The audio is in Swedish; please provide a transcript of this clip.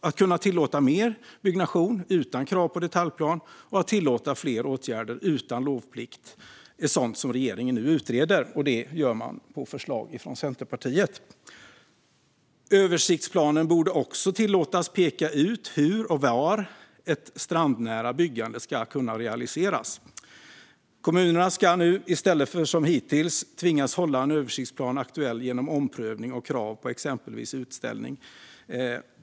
Att kunna tillåta mer byggnation utan krav på detaljplan och att tillåta fler åtgärder utan lovplikt är sådant som regeringen nu utreder på förslag från Centerpartiet. Översiktsplanen borde också tillåtas peka ut hur och var ett strandnära byggande ska kunna realiseras. Kommunerna ska nu, i stället för som hittills, tvingas hålla en översiktsplan aktuell genom omprövning och krav på exempelvis utställning.